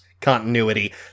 continuity